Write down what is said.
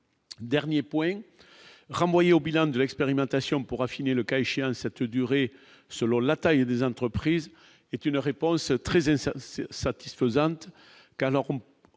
dernier point renvoyé au bilan de l'expérimentation pour affiner le cas échéant, cette durée selon la taille des entreprises est une réponse très zen, ça satisfaisante